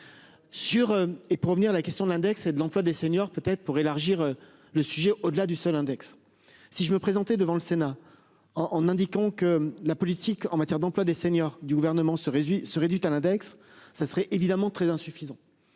Sur et pour revenir. La question de l'index et de l'emploi des seniors peut-être pour élargir le sujet, au-delà du seul index si je me présentais devant le Sénat en en indiquant que la politique en matière d'emploi des seniors du gouvernement se réduit se réduit à l'index, ça serait évidemment très insuffisant.